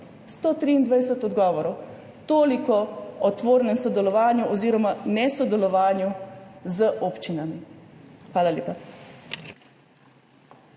123 odgovorov. Toliko o tvornem sodelovanju oziroma nesodelovanju z občinami. Hvala lepa.